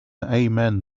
amen